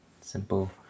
simple